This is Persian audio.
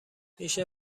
میشه